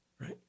right